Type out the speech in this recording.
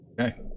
Okay